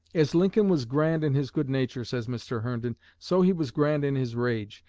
as lincoln was grand in his good nature, says mr. herndon, so he was grand in his rage.